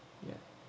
yeah